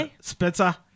spencer